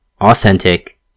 authentic